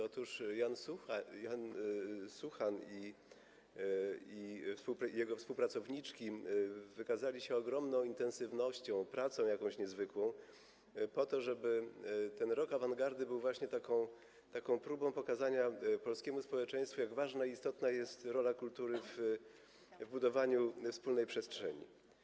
Otóż Jan Suchan i jego współpracowniczki wykazali się ogromną intensywnością, pracą jakąś niezwykłą, po to żeby ten rok awangardy był właśnie próbą pokazania polskiemu społeczeństwu, jak ważna i istotna jest rola kultury w budowaniu wspólnej przestrzeni.